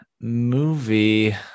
movie